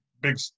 big